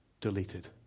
Deleted